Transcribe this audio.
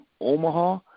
Omaha